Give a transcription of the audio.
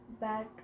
Back